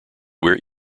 where